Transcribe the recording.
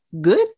good